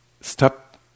Stop